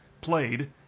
played